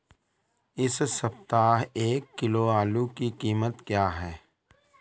इस सप्ताह एक किलो आलू की कीमत क्या है?